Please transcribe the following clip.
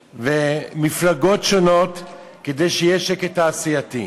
ומפלגות שונות כדי שיהיה שקט תעשייתי.